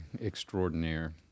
extraordinaire